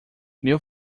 meu